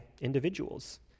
individuals